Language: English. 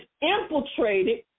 infiltrated